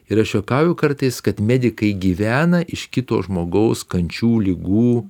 ir aš juokauju kartais kad medikai gyvena iš kito žmogaus kančių ligų